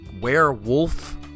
Werewolf